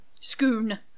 Schoon